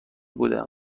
بودم